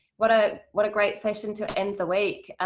what ah what a great session to end the week!